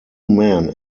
men